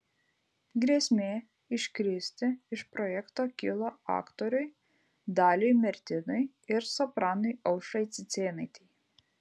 grėsmė iškristi iš projekto kilo aktoriui daliui mertinui ir sopranui aušrai cicėnaitei